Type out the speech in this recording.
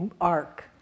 arc